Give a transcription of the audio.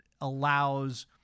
allows